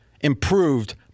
improved